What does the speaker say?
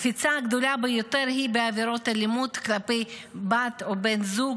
הקפיצה הגדולה ביותר היא בעבירות אלימות כלפי בת או בן זוג,